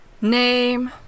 Name